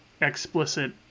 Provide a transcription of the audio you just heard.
explicit